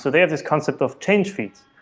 so they have this concept of change feeds,